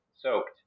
soaked